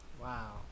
Wow